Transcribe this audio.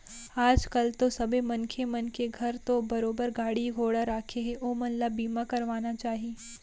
आज कल तो सबे मनखे मन के घर तो बरोबर गाड़ी घोड़ा राखें हें ओमन ल बीमा करवाना चाही